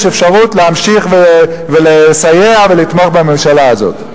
אפשרות להמשיך ולסייע ולתמוך בממשלה הזאת.